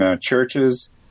churches